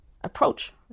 approach